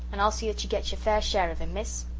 and i'll see that you get your fair share of him, miss.